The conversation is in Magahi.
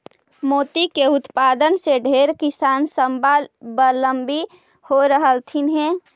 मोती के उत्पादन से ढेर किसान स्वाबलंबी हो रहलथीन हे